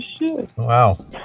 wow